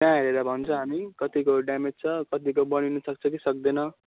त्यहाँ हेरेर भन्छ हामी कतिको ड्यामेज छ कतिको बनिनुसक्छ कि सक्दैन